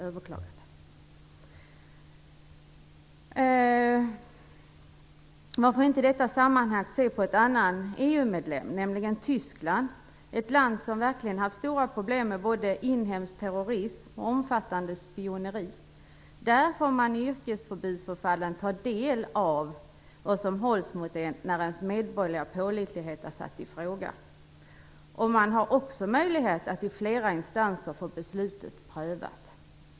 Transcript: Man kan i detta sammanhang se på en annan EU medlem, nämligen Tyskland, ett land som verkligen haft stora problem med både inhemsk terrorism och omfattande spioneri. Där får man i yrkesförbudsfallen ta del av vad som hålls emot en när ens medborgerliga pålitlighet är satt i fråga. Man har också möjlighet att få beslutet prövat i flera instanser.